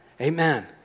Amen